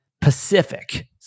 Pacific